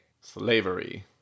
slavery